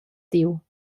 diu